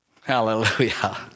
Hallelujah